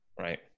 Right